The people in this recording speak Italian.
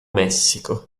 messico